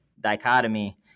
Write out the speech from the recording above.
dichotomy